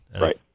Right